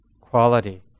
quality